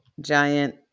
giant